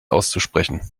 auszusprechen